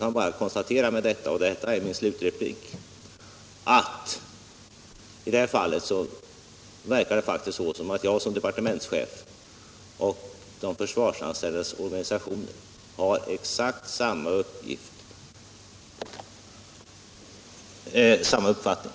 I det här fallet verkar det faktiskt — och det är min slutreplik — som om jag som departementschef och de försvarsanställdas organisationer har exakt samma uppfattning.